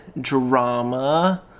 drama